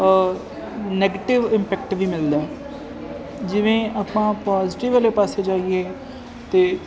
negative impact ਵੀ ਮਿਲਦਾ ਜਿਵੇਂ ਆਪਾਂ ਪੋਜੀਟਿਵ ਵਾਲੇ ਪਾਸੇ ਜਾਈਏ ਅਤੇ